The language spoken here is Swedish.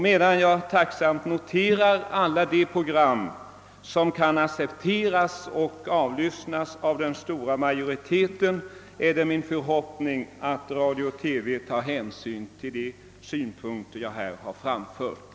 Medan jag tacksamt noterar alla de program som kan accepteras och avlyssnas av en stor majoritet, uttrycker jag förhoppningen att radio och TV tar hänsyn till de synpunkter jag här framfört.